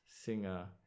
singer